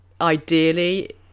ideally